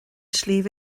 sliabh